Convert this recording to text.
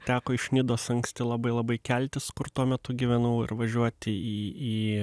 teko iš nidos anksti labai labai keltis kur tuo metu gyvenau ir važiuoti į į